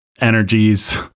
energies